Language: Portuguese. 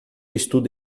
estuda